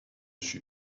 suis